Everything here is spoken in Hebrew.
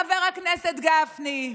חבר הכנסת גפני.